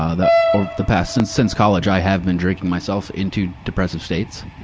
ah the, over the past, since, since college, i have been drinking myself into depressive states.